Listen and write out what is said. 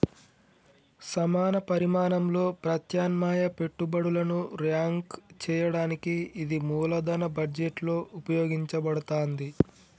సమాన పరిమాణంలో ప్రత్యామ్నాయ పెట్టుబడులను ర్యాంక్ చేయడానికి ఇది మూలధన బడ్జెట్లో ఉపయోగించబడతాంది